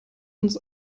uns